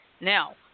Now